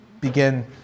begin